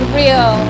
real